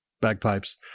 bagpipes